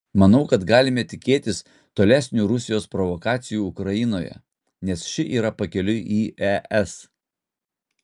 manau kad galime tikėtis tolesnių rusijos provokacijų ukrainoje nes ši yra pakeliui į es